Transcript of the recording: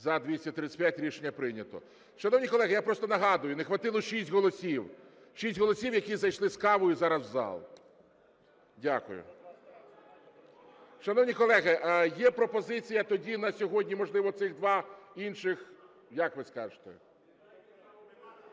За-235 Рішення прийнято. Шановні колеги, я просто нагадую, не хватило 6 голосів. 6 голосів, які зайшли з кавою зараз в зал. Дякую. Шановні колеги, є пропозиція тоді на сьогодні, можливо, цих два інших, як ви скажете?